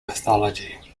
mythology